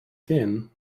thin